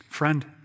Friend